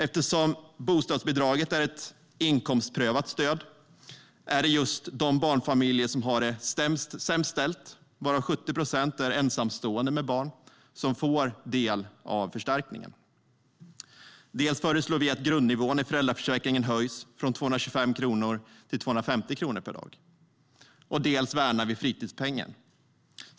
Eftersom bostadsbidraget är ett inkomstprövat stöd är det just de barnfamiljer som har det sämst ställt, varav 70 procent är ensamstående med barn, som får del av förstärkningen. Vi föreslår också att grundnivån i föräldraförsäkringen höjs från 225 kronor per dag till 250 kronor per dag. Dessutom värnar vi fritidspengen.